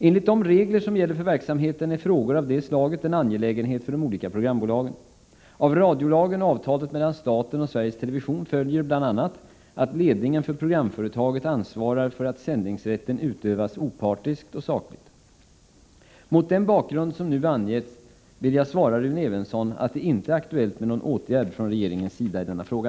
Enligt de regler som gäller för verksamheten är frågor av detta slag en angelägenhet för de olika programbolagen. Av radiolagen och avtalet mellan staten och Sveriges Television följer bl.a. att ledningen för programföretaget ansvarar för att sändningsrätten utövas opartiskt och sakligt. Mot den bakgrund som nu angetts vill jag svara Rune Evensson att det inte är aktuellt med någon åtgärd från regeringens sida i denna fråga.